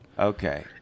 Okay